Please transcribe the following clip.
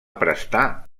prestar